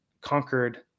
conquered